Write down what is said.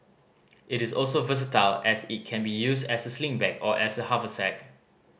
it is also versatile as it can be used as a sling bag or as a haversack